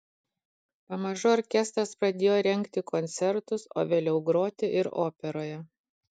pamažu orkestras pradėjo rengti koncertus o vėliau groti ir operoje